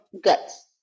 guts